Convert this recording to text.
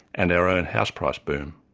and our own house price boom.